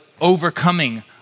overcoming